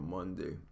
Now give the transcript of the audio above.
Monday